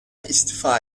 istifa